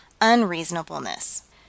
unreasonableness